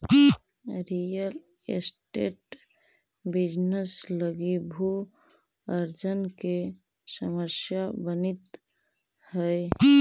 real estate business लगी भू अर्जन के समस्या बनित हई